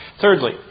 Thirdly